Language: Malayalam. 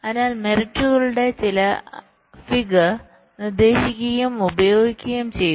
അതിനാൽ മെറിറ്റുകളുടെ ചില ഫിഗർ നിർദ്ദേശിക്കുകയും ഉപയോഗിക്കുകയും ചെയ്തു